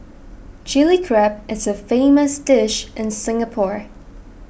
Chilli Crab is a famous dish in Singapore